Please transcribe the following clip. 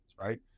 right